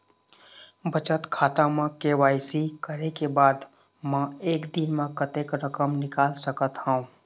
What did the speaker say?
बचत खाता म के.वाई.सी करे के बाद म एक दिन म कतेक रकम निकाल सकत हव?